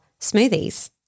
smoothies